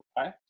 Okay